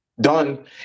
done